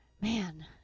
man